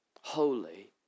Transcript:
holy